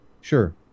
Sure